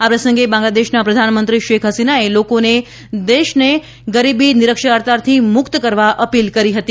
આ પ્રસંગે બાંગ્લાદેશના પ્રધાનમંત્રી શેખ હસીનાએ લોકોને દેશને ગરીબી નિરક્ષરતાથી મુક્ત કરવા અપીલ કરી હતી